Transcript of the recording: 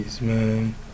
man